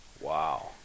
Wow